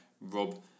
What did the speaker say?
Rob